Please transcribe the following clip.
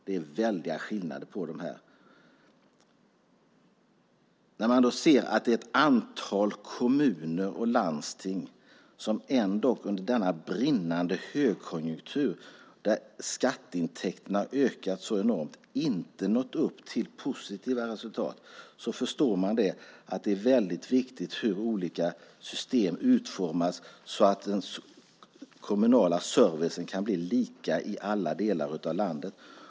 Det är väldiga skillnader. Ett antal kommuner och landsting har ändock under denna brinnande högkonjunktur, där skatteintäkterna har ökat så enormt, inte nått upp till positiva resultat. Då kan man förstå att det är viktigt hur olika system utformas så att den kommunala servicen kan bli lika i alla delar av landet.